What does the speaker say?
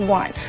one